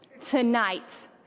tonight